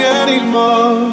anymore